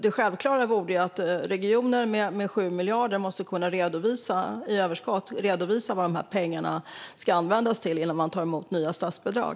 Det självklara vore ju att regioner med 7 miljarder i överskott ska kunna redovisa vad pengarna ska användas till innan de tar emot nya statsbidrag.